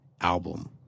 album